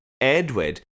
Edward